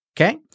Okay